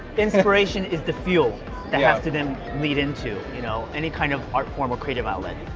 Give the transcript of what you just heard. inspiration is the fuel that yeah has to then lead into, you know, any kind of art form or creative outlet.